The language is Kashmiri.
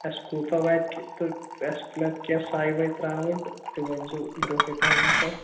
اَسہِ کوٗتاہ واتہِ تہٕ اَسہِ مےٚ کیٛاہ سےَ وَے ترٛاوٕنۍ تہٕ تہِ ؤنۍ زیٚو برٛونٛٹھٕے پَہم